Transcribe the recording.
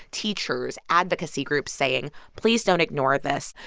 teachers, advocacy groups saying, please don't ignore this.